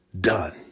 Done